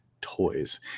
toys